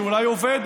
שאולי עובד,